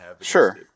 Sure